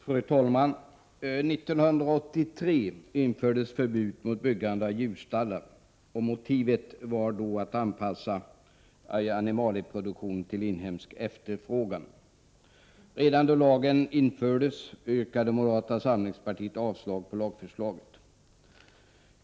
Fru talman! År 1983 infördes förbud mot byggande av djurstallar. Motivet var att man skulle anpassa animalieproduktionen till inhemsk efterfrågan. Redan då lagen infördes yrkade moderata samlingspartiet avslag på lagförslaget.